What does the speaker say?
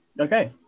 Okay